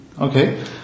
Okay